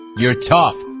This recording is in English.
you're tough.